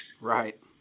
right